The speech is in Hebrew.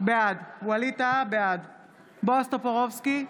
בעד בועז טופורובסקי,